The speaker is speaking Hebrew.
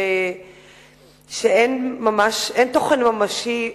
ואין תוכן ממשי,